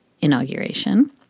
inauguration